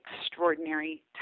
extraordinary